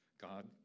God